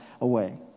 away